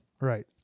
Right